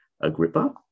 Agrippa